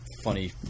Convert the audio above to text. funny